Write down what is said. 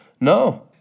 No